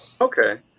Okay